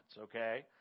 okay